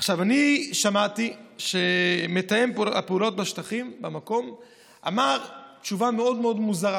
אני שמעתי שמתאם הפעולות בשטחים נתן תשובה מאוד מוזרה,